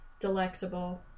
delectable